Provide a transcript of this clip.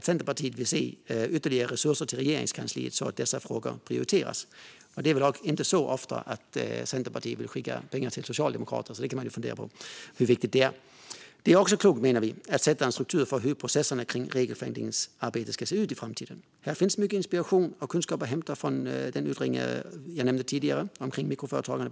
Centerpartiet vill också se ytterligare resurser till Regeringskansliet så att dessa frågor prioriteras. Det är väl inte så ofta Centerpartiet vill skicka pengar till socialdemokrater, så man kan ju fundera på hur viktigt det är. Det är också klokt, menar vi, att sätta en struktur för hur processerna kring regelförenklingsarbetet ska se ut i framtiden. Här finns mycket inspiration och kunskap att hämta från den utredning jag nämnde tidigare kring bland annat mikroföretagande.